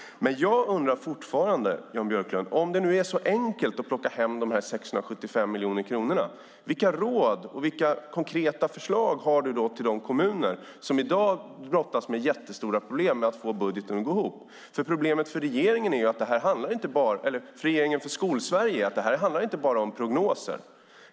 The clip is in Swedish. Jag undrar dock fortfarande, Jan Björklund: Om det nu är så enkelt att plocka hem dessa 675 miljoner kronor, vilka råd och konkreta förslag har du då till de kommuner som i dag brottas med jättestora problem att få budgeten att gå ihop? Problemet för Skolsverige är att detta inte bara handlar om prognoser.